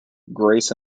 grace